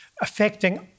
affecting